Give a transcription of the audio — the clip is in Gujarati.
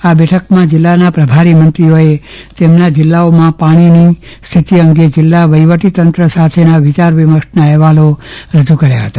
આ બેઠકમાં જિલ્લાના પ્રભારી મંત્રીઓએ તેમના જિલ્લાઓમાં પાણીની સ્થિતિ અંગે જિલ્લા વહીવટીતંત્ર સાથેના વિચાર વિમર્શના અહેવાલ રજૂ કરાયા હતા